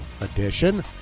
edition